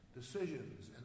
decisions